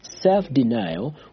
self-denial